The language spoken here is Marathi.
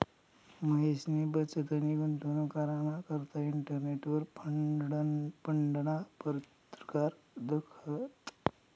महेशनी बचतनी गुंतवणूक कराना करता इंटरनेटवर फंडना परकार दखात